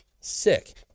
Sick